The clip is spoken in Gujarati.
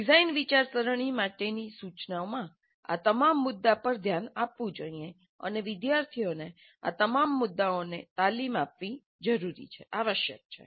ડિઝાઇન વિચારસરણી માટેની સૂચનામાં આ તમામ મુદ્દાઓ પર ધ્યાન આપવું જોઈએ અને વિદ્યાર્થીઓને આ તમામ મુદ્દાઓને તાલીમ આપવી આવશ્યક છે